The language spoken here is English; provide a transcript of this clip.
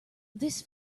this